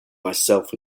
myself